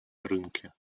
рынке